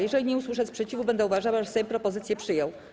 Jeżeli nie usłyszę sprzeciwu, będę uważała, że Sejm propozycję przyjął.